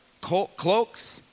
cloaks